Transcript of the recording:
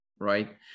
right